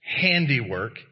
Handiwork